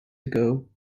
ago